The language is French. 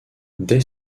dès